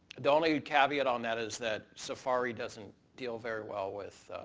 the only caveat on that is that safari doesn't deal very well with,